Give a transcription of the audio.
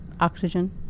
oxygen